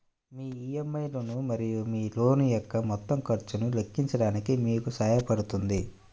మీ EMI లు మరియు మీ లోన్ యొక్క మొత్తం ఖర్చును లెక్కించడానికి మీకు సహాయపడుతుంది